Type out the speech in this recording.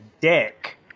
dick